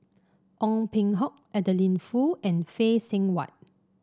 Ong Peng Hock Adeline Foo and Phay Seng Whatt